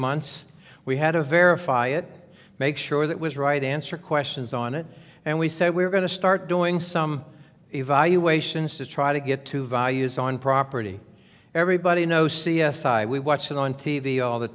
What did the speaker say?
months we had to verify it make sure that was right answer questions on it and we said we're going to start doing some evaluations to try to get to values on property everybody knows c s i we watch it on t v all the